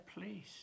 please